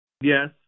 Yes